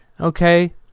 okay